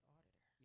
Auditor